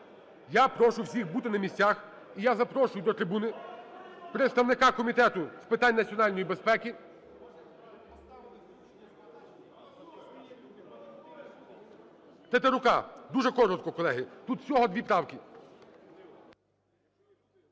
я прошу всіх бути на місцях. І я запрошую до трибуни представника Комітету з питань національної безпеки Тетерука. Дуже коротко, колеги, тут всього дві правки.